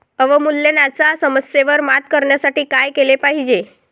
अवमूल्यनाच्या समस्येवर मात करण्यासाठी काय केले पाहिजे?